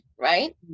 right